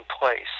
place